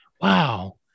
Wow